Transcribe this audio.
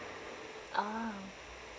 ah